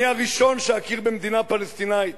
אני הראשון שאכיר במדינה פלסטינית,